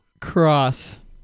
Cross